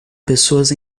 pessoa